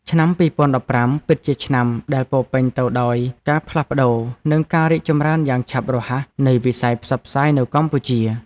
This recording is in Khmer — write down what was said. ឆ្នាំ ២០១៥ ពិតជាឆ្នាំដែលពោរពេញទៅដោយការផ្លាស់ប្តូរ និងការរីកចម្រើនយ៉ាងឆាប់រហ័សនៃវិស័យផ្សព្វផ្សាយនៅកម្ពុជា។